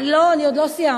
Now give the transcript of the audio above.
לא, אני עוד לא סיימתי.